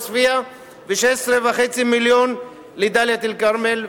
לעוספיא ו-16.5 מיליון לדאלית-אל-כרמל,